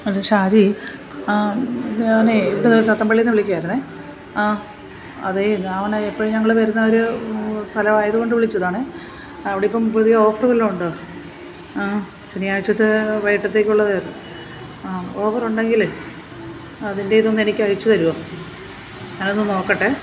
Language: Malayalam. ഹലോ ഷാജി ഞാനേ ഇവിടുന്ന് തത്തമ്പിള്ളിയിൽ നിന്ന് വിളിക്കുവായിരുന്നേ ആ അതേ ഞാൻ എപ്പോൾ ഞങ്ങൾ വരുന്നൊരു സ്ഥലം ആയതുകൊണ്ട് വിളിച്ചതാണേ അവിടെ ഇപ്പം പുതിയ ഓഫർ വല്ലതും ഉണ്ടോ ശനിയാഴ്ച്ചത്തെ വൈകിട്ടത്തേക്ക് ഉള്ളതായിരുന്നു ആ ഓഫർ ഉണ്ടെങ്കിലേ അതിന്റെ ഇതൊന്ന് എനിക്ക് അയച്ച് തരുമോ ഞാനൊന്ന് നോക്കട്ടെ